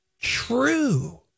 True